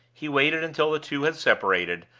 he waited until the two had separated,